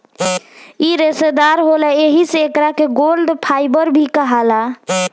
इ रेसादार होला एही से एकरा के गोल्ड फाइबर भी कहाला